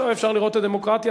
לדעתי,